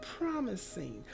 promising